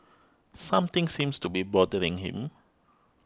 something seems to be bothering him